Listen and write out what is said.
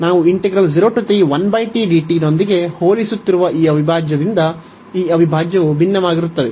ನಾವು ನೊಂದಿಗೆ ಹೋಲಿಸುತ್ತಿರುವ ಈ ಅವಿಭಾಜ್ಯದಿಂದ ಈ ಅವಿಭಾಜ್ಯವು ಭಿನ್ನವಾಗಿರುತ್ತದೆ